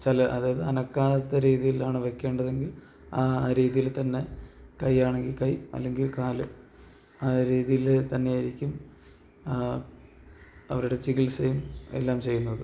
അതായത് അനക്കാത്ത രീതിയിലാണ് വയ്ക്കേണ്ടതെങ്കിൽ ആ രീതിയില് തന്നെ കയ്യാണെങ്കില് കൈ അല്ലെങ്കിൽ കാല് ആ രീതിയില് തന്നെയായിരിക്കും അവരുടെ ചികിത്സയും എല്ലാം ചെയ്യുന്നത്